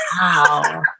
wow